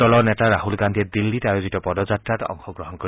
দলৰ নেতা ৰাছল গান্ধীয়ে দিল্লীত আয়োজিত পদযাত্ৰাত অংশগ্ৰহণ কৰিব